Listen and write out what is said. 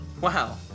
Wow